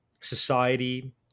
society